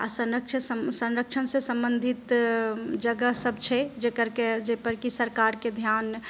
आ सन संरक्षणसँ सम्बन्धित जगहसभ छै जकर कि जाहिपर कि सरकारके ध्यान